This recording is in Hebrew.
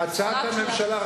הצעת הממשלה,